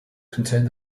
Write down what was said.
contained